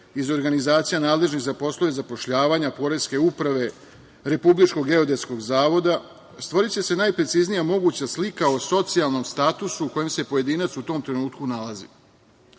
iz organizacija nadležnih za poslove zapošljavanja, poreske uprave, Republičkog geodetskog zavoda, stvoriće se najpreciznija moguća slika o socijalnom statusu u kojem se pojedinac u tom trenutku nalazi. Svedoci